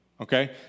okay